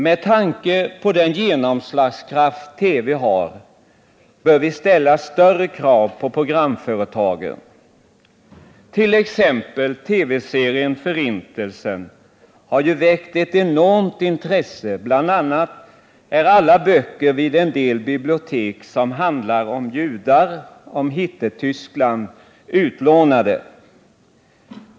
Med tanke på den genomslagskraft TV har bör vi ställa större krav på programföretaget. Exempelvis TV-serien Förintelsen har väckt ett enormt intresse. Som exempel kan nämnas att vid vissa bibliotek alla böcker som handlar om judar och Hitlertyskland är utlånade.